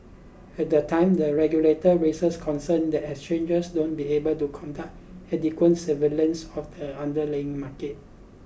at the time the regulator raises concern that exchanges won't be able to conduct adequate surveillance of the underlaying market